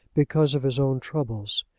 because of his own troubles.